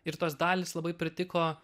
ir tos dalys labai pritiko